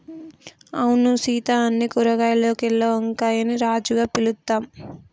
అవును సీత అన్ని కూరగాయాల్లోకెల్లా వంకాయని రాజుగా పిలుత్తాం